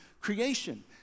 creation